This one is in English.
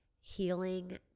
healing